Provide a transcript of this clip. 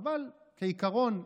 אבל בעיקרון,